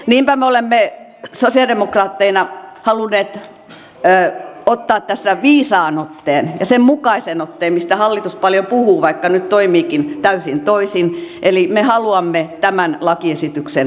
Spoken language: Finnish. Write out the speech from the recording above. niinpä me olemme sosialidemokraatteina halunneet ottaa tässä viisaan otteen ja sen mukaisen otteen mistä hallitus paljon puhuu vaikka nyt toimiikin täysin toisin eli me haluamme tämän lakiesityksen hylätä